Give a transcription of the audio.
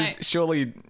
Surely